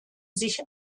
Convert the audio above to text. sich